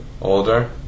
Older